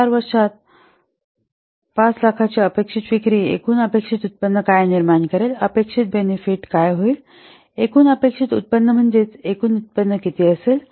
4 वर्षे वर्षांत 500000 ची अपेक्षित विक्री एकूण अपेक्षित उत्पन्न काय निर्माण करेल अपेक्षित काय बेनिफिट होईल एकूण अपेक्षित उत्पन्न म्हणजेच एकूण उत्पन्न किती असेल